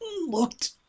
looked